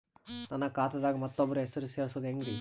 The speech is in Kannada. ನನ್ನ ಖಾತಾ ದಾಗ ಮತ್ತೋಬ್ರ ಹೆಸರು ಸೆರಸದು ಹೆಂಗ್ರಿ?